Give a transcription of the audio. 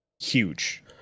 huge